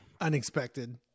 unexpected